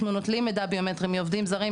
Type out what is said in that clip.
נוטלים מידע ביומטרי מעובדים זרים,